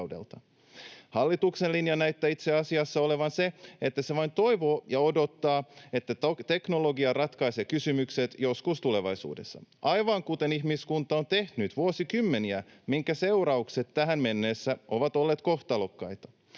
Hallituksen linja näyttää itse asiassa olevan se, että se vain toivoo ja odottaa, että teknologia ratkaisee kysymykset joskus tulevaisuudessa, aivan kuten ihmiskunta on tehnyt vuosikymmeniä, minkä seuraukset tähän mennessä ovat olleet kohtalokkaita.